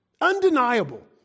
Undeniable